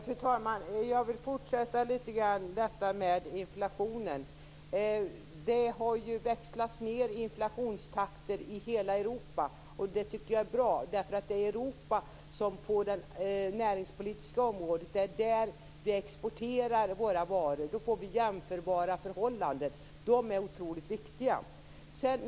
Fru talman! Jag vill fortsätta och säga något mer om inflationen. Inflationstakten har ju växlats ned i hela Europa. Det tycker jag är bra, eftersom det är till Europa som vi exporterar våra varor. Då får vi jämförbara förhållanden, vilket är otroligt viktigt.